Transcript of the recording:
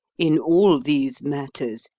in all these matters,